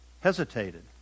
hesitated